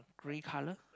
grey colour